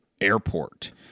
airport